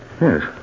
yes